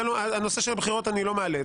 הנושא של הבחירות אני לא מעלה.